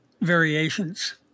variations